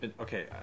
okay